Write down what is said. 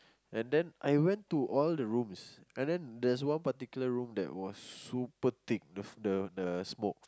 and then I went to all the rooms and then there's one particular room that was super thick the the the smoke